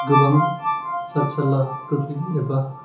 गोबां साथ जारला गोग्लै एबा